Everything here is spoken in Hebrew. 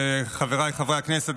חבריי חברי הכנסת,